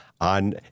on